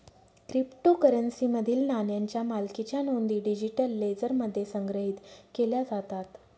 क्रिप्टोकरन्सीमधील नाण्यांच्या मालकीच्या नोंदी डिजिटल लेजरमध्ये संग्रहित केल्या जातात